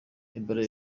ebola